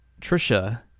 Trisha